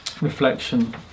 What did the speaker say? reflection